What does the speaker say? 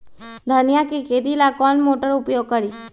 धनिया के खेती ला कौन मोटर उपयोग करी?